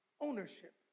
ownership